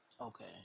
Okay